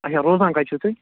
اَچھا روزان کَتہِ چھُو تُہۍ